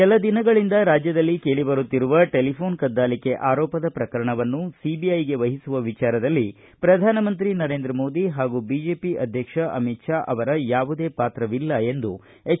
ಕೆಲ ದಿನಗಳಿಂದ ರಾಜ್ಯದಲ್ಲಿ ಕೇಳಿ ಬರುತ್ತಿರುವ ಟೆಲಿಘೋನ್ ಕದ್ದಾಲಿಕೆ ಅರೋಪದ ಪ್ರಕರಣವನ್ನು ಸಿಬಿಐಗೆ ವಹಿಸುವ ವಿಚಾರದಲ್ಲಿ ಪ್ರಧಾನಮಂತ್ರಿ ನರೇಂದ್ರ ಮೋದಿ ಹಾಗೂ ಬಿಜೆಪಿ ಅಧ್ಯಕ್ಷ ಅಮಿತ್ ಶಾ ಅವರ ಯಾವುದೇ ಪಾತ್ರವಿಲ್ಲ ಎಂದು ಎಚ್